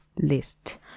list